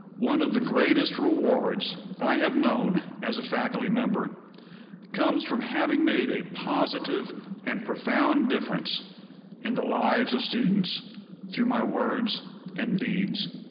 one of the greatest rewards i have known as a faculty member comes from having made a positive and profound difference in the lives of students through my words and deeds.